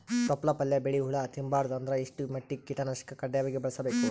ತೊಪ್ಲ ಪಲ್ಯ ಬೆಳಿ ಹುಳ ತಿಂಬಾರದ ಅಂದ್ರ ಎಷ್ಟ ಮಟ್ಟಿಗ ಕೀಟನಾಶಕ ಕಡ್ಡಾಯವಾಗಿ ಬಳಸಬೇಕು?